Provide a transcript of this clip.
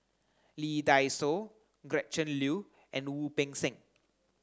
Lee Dai Soh Gretchen Liu and Wu Peng Seng